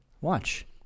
watch